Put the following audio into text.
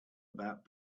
about